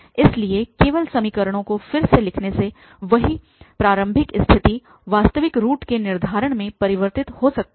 इसलिए केवल समीकरणों को फिर से लिखने से वही प्रारंभिक स्थिति वास्तविक रूट के निर्धारण में परिवर्तित हो सकती है